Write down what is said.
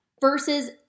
versus